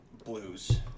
blues